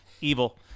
evil